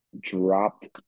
dropped